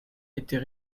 était